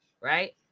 right